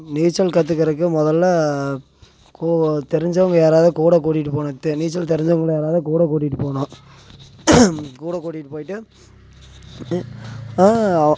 நீச்சல் கற்றுக்கிறக்கு முதல்ல கோ தெரிஞ்சவங்க யாராவது கூட கூட்டிகிட்டு போகணும் தே நீச்சல் தெரிஞ்சவங்கள யாராவது கூட கூட்டிகிட்டு போகணும் கூட கூட்டிகிட்டு போயிட்டு